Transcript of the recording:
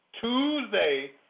Tuesday